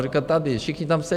Říká, tady, všichni tam sedí.